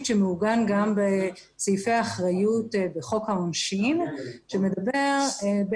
שמעוגן גם בסעיפי אחריות בחוק העונשין שמדבר על